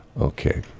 Okay